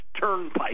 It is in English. Turnpike